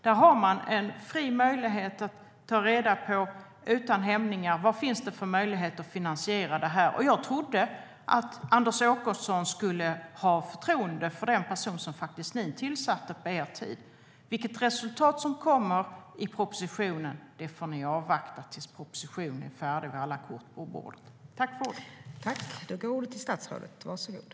Där har man en fri möjlighet att utan hämningar ta reda på vad det finns för möjligheter till finansiering. Och jag trodde att Anders Åkesson skulle ha förtroende för den person som ni faktiskt tillsatte på er tid. Resultatet i propositionen får ni avvakta tills propositionen är färdig och alla kort är på bordet.